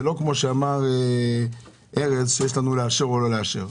זה לא כמו שאמר ארז שאנחנו יכולים לאשר או לא לאשר,